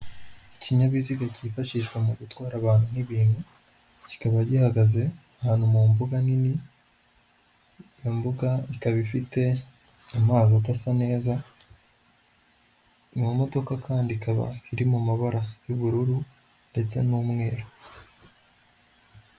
Ikinyabiziga cyifashishwa mu gutwara abantu n'ibintu, kikaba gihagaze ahantu mu mbuga nini. Iyo mbuga ikaba ifite amazi adasa neza, mu modoka kandi ikaba iri mu mabara y'ubururu ndetse n'umweru.